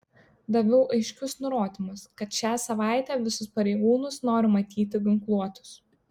daviau aiškius nurodymus kad šią savaitę visus pareigūnus noriu matyti ginkluotus